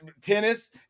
Tennis